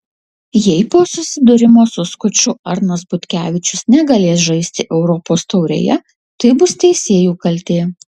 jei po susidūrimo su skuču arnas butkevičius negalės žaisti europos taurėje tai bus teisėjų kaltė